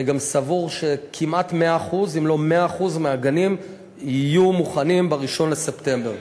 אני גם סבור שכמעט 100% אם לא 100% של הגנים יהיו מוכנים ב-1 בספטמבר.